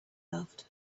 loved